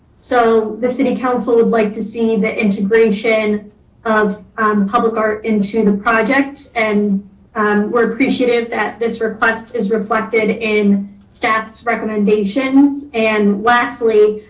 so the city council would like to see the integration of public art into the project. and um we're appreciative that this request is reflected in staff's recommendations. and lastly,